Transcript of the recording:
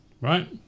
right